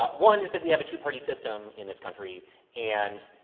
ah one is that we have a two party system in this country and,